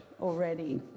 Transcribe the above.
already